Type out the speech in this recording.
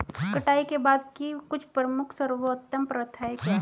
कटाई के बाद की कुछ प्रमुख सर्वोत्तम प्रथाएं क्या हैं?